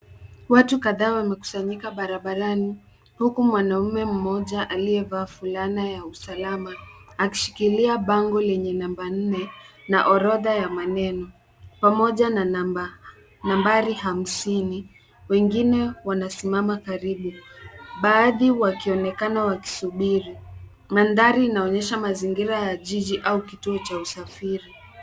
Watu kadhaa wamekusanyika barabarani huku mwanamume mmoja aliyevaa fulana ya usalama akishikilia bango lenye namba nne na orodha ya maneno pamoja na nambari hamsini. Wengine wanasimama karibu , baadhi wakionekana wakisubiri. Mandhari inaonyesha mazingira ya jiji au kituo cha usafiri.